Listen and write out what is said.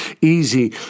easy